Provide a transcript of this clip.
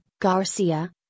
Garcia